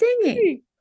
singing